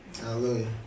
Hallelujah